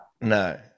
No